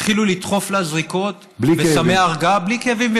התחילו לדחוף לה זריקות וסמי הרגעה, בלי כאבים?